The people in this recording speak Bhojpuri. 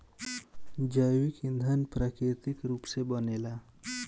जैविक ईधन प्राकृतिक रूप से बनेला